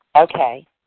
Okay